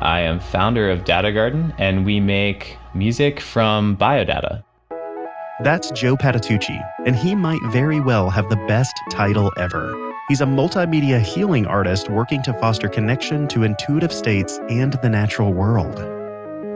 i am founder of data garden and we make music from bio data that's joe patitucci and he might very well have the best title ever. he's a multimedia healing artist working to foster connection to intuitive states and the natural world